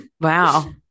Wow